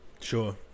Sure